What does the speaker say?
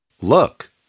Look